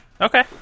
okay